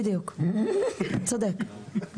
בדיוק, צודק.